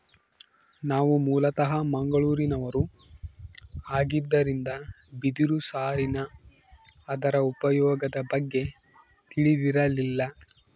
ನಾವು ಮೂಲತಃ ಮಂಗಳೂರಿನವರು ಆಗಿದ್ದರಿಂದ ಬಿದಿರು ಸಾರಿನ ಅದರ ಉಪಯೋಗದ ಬಗ್ಗೆ ತಿಳಿದಿರಲಿಲ್ಲ